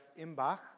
Imbach